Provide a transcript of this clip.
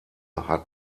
hat